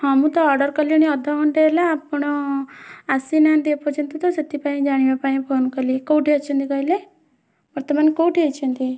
ହଁ ମୁଁ ତ ଅର୍ଡ଼ର୍ କଲିଣି ଅଧେ ଘଣ୍ଟେ ହେଲା ଆପଣ ଆସିନାହାନ୍ତି ଏପର୍ଯ୍ୟନ୍ତ ତ ସେଥିପାଇଁ ଜାଣିବାପାଇଁ ଫୋନ୍ କଲି କୋଉଠି ଅଛନ୍ତି କହିଲେ ବର୍ତ୍ତମାନ କୋଉଠି ଅଛନ୍ତି